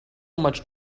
much